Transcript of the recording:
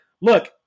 look